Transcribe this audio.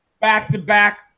back-to-back